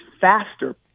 faster